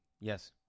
Yes